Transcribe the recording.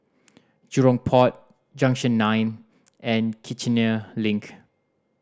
Jurong Port Junction Nine and Kiichener Link